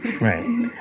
Right